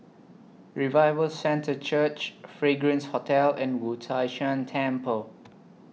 Revival Centre Church Fragrance Hotel and Wu Tai Shan Temple